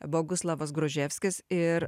boguslavas gruževskis ir